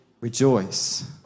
rejoice